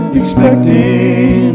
expecting